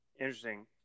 interesting